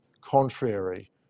contrary